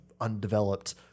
undeveloped